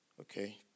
Okay